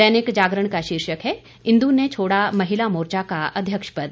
दैनिक जागरण का शीर्षक है इंदु ने छोड़ा महिला मोर्चा का अध्यक्ष पद